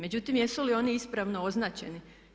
Međutim, jesu li oni ispravno označeni?